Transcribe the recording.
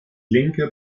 linke